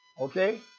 Okay